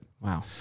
wow